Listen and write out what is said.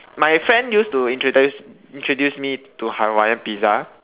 my friend used to introduce introduce me to Hawaiian pizza